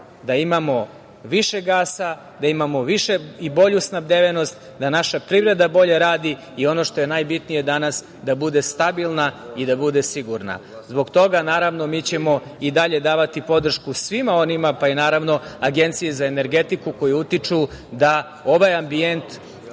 da imamo više gasa, da imamo više i bolju snabdevenost, da naša privreda bolje radi i ono što je najbitnije danas, da bude stabilna i da bude sigurna. Zbog toga, naravno, mi ćemo i dalje davati podršku svima onima, pa i naravno Agenciji za energetiku, koji utiču da ovaj ambijent